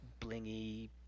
blingy